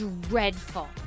dreadful